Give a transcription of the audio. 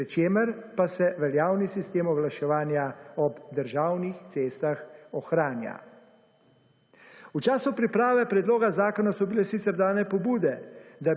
pri čemer pa se veljavni sistem oglaševanja ob državnih cestah ohranja. V času priprave predloga zakona so bile sicer dane pobude,